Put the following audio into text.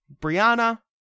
Brianna